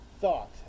thought